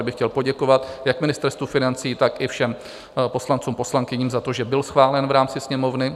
Tady bych chtěl poděkovat jak Ministerstvu financí, tak i všem poslancům a poslankyním za to, že byl schválen v rámci Sněmovny.